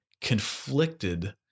conflicted